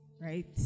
right